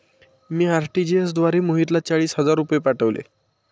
मी RTGS द्वारे मोहितला चाळीस हजार रुपये पाठवले